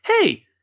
hey –